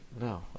no